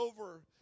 over